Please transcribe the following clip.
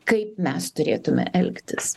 kaip mes turėtume elgtis